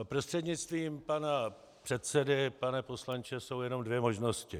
Prostřednictvím pana předsedy pane poslanče, jsou jenom dvě možnosti.